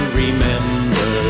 remember